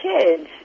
kids